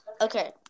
Okay